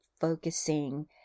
focusing